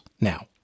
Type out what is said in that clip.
now